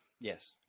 Yes